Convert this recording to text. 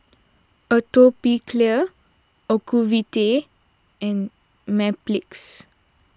Atopiclair Ocuvite and Mepilex